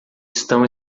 estão